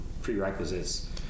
Prerequisites